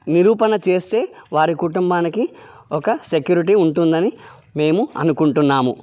నిరూపణ చేస్తే వారి కుటుంబానికి ఒక సెక్యూరిటీ ఉంటుంది అని మేము అనుకుంటున్నాము